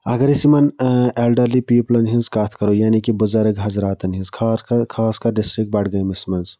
اَگر أسۍ یِمَن اٮ۪لڈَرلی پیٖپلَن ہِنٛز کَتھ کَرو یعنی کہِ بُزَرگ حَضراتَن ہِنٛز خاص خاص کَر ڈِسٹِرٛک بَڈگٲمِس مَنٛز